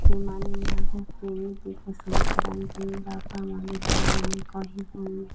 ସେମାନେ ଆଗ କେମିତି ପସନ୍ଦ କରନ୍ତି ବାପା ମା' ବିଷୟରେ ଆମେ କହିିବୁ